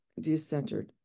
decentered